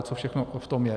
Co všechno v tom je.